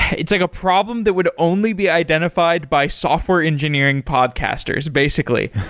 it's like a problem that would only be identified by software engineering podcasters, basically.